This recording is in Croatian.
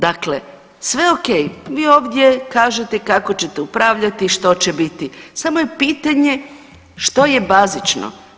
Dakle sve okej, vi ovdje kažete kako ćete upravljati, što će biti, samo je pitanje što je bazično?